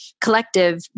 collective